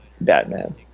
Batman